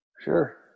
Sure